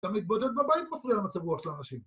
תמיד בודד בבית מפריע למצב רוח של אנשים.